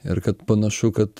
ir kad panašu kad